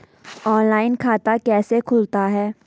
Online खाता कैसे खुलता है?